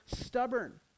stubborn